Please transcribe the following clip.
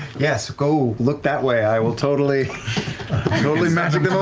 yes, go, look that way. i will totally totally magic them